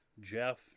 Jeff